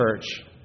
church